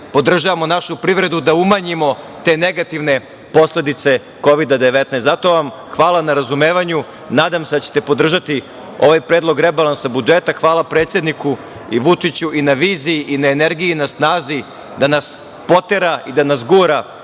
podržavamo našu privredu, da umanjimo te negativne posledice Kovida-19.Zato vam hvala na razumevanju. Nadam se da ćete podržati ovaj Predlog rebalansa budžeta. Hvala predsedniku Vučiću i na viziji i na energiji i na snazi da nas potera i da nas gura